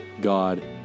God